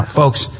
folks